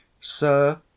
Sir